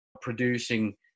producing